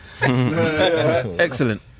Excellent